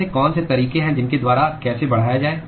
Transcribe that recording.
ऐसे कौन से तरीके हैं जिनके द्वारा कैसे बढ़ाया जाए